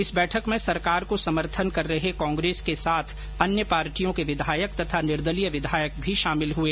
इस बैठक में सरकार को समर्थन कर रहे कांग्रेस के साथ अन्य पार्टियों के विधायक तथा निर्दलीय विधायक भी शामिल हुए